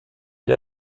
gli